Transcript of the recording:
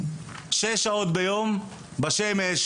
שש שעות ביום בשמש,